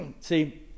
See